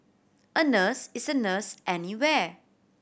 a nurse is a nurse anywhere